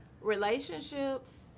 Relationships